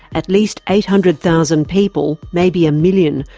at least eight hundred thousand people, maybe a million,